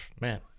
Man